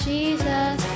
Jesus